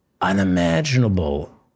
unimaginable